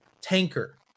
tanker